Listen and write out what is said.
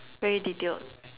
very detailed